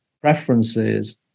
preferences